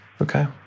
Okay